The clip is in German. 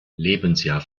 lebensjahr